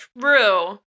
true